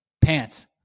pants